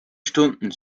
stunden